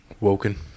Woken